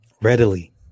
Readily